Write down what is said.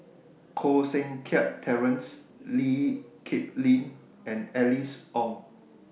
Koh Seng Kiat Terence Lee Kip Lin and Alice Ong